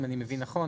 אם אני מבין נכון.